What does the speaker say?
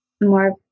more